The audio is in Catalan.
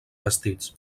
vestits